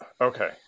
Okay